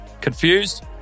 Confused